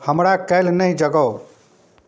हमरा काल्हि नहि जगाउ